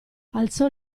alzò